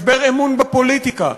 משבר אמון בפוליטיקה.